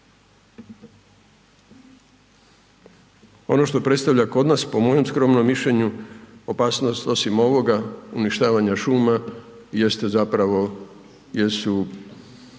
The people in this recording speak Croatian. ono što predstavlja kod nas, po mojem skromnom mišljenju, opasnost, osim ovoga, uništavanja šuma, jeste zapravo, jesu